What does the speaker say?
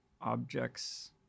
objects